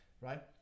right